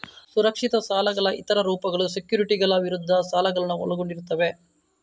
ಸುರಕ್ಷಿತ ಸಾಲಗಳ ಇತರ ರೂಪಗಳು ಸೆಕ್ಯುರಿಟಿಗಳ ವಿರುದ್ಧ ಸಾಲಗಳನ್ನು ಒಳಗೊಂಡಿರುತ್ತವೆ